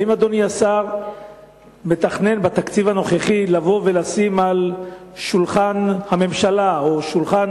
האם אדוני השר מתכנן בתקציב הנוכחי לבוא ולשים על שולחן הממשלה או שולחן